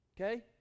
Okay